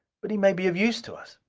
but he may be of use to us.